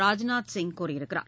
ராஜ்நாத் சிங் கூறியுள்ளார்